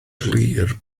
glir